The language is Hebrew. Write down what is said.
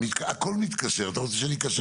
הכול מתקשר, אתה רוצה שאני אקשר אותך?